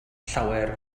llawer